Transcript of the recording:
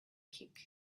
kick